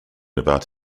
about